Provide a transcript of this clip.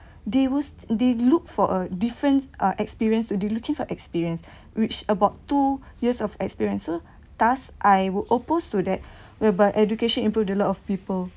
they was they look for a different uh experience to they looking for experience which about two years of experiences thus I would oppose to that whereby education improve a lot of people